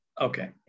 Okay